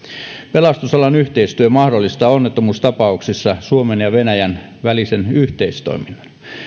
pelastusalan yhteistyö mahdollistaa onnettomuustapauksissa suomen ja venäjän välisen yhteistoiminnan